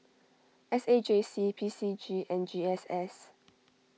S A J C P C G and G S S